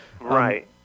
Right